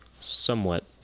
somewhat